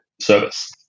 service